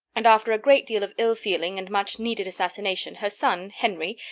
and after a great deal of ill feeling and much needed assassination, her son henry,